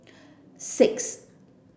six